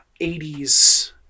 80s